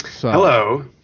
Hello